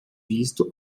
visto